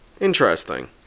Interesting